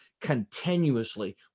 continuously